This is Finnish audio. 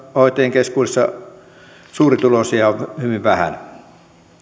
keskuudessa suurituloisia on hyvin vähän